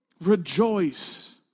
Rejoice